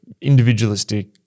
individualistic